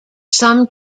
some